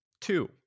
Two